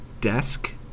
desk